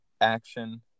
action